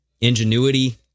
ingenuity